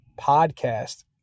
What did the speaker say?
podcast